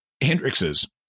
Hendrix's